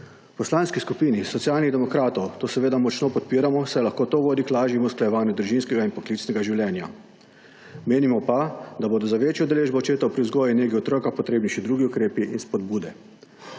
Poslanski skupini Socialnih demokratov to seveda močno podpiramo, saj lahko to vodi k lažjemu usklajevanju družinskega in poklicnega življenja. Menimo pa, da bodo za večjo udeležbo očeta pri vzgoji in negi otroka potrebni še drugi ukrepi in spodbude.